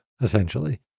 essentially